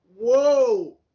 Whoa